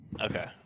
Okay